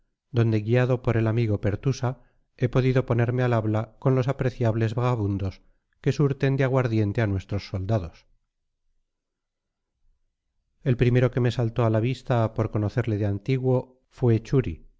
donde guiado por el amigo pertusa he podido ponerme al habla con los apreciables vagabundos que surten de aguardiente a nuestros soldados el primero que me saltó a la vista por conocerle de antiguo fue churi